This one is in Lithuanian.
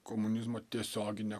komunizmo tiesioginė